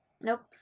Nope